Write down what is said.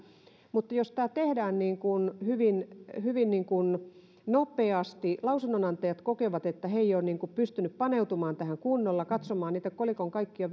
mutta jos tämä tehdään hyvin hyvin nopeasti ja lausunnonantajat kokevat että he eivät ole pystyneet paneutumaan tähän kunnolla katsomaan niitä kolikon kaikkia